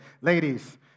Ladies